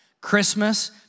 Christmas